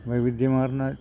വൈവിധ്യമാർന്ന